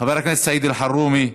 חבר הכנסת סעיד אלחרומי,